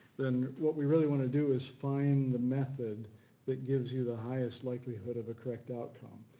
then what we really want to do is find the method that gives you the highest likelihood of a correct outcome.